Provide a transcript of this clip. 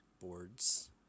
boards